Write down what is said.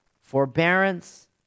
forbearance